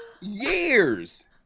Years